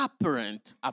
apparent